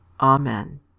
Amen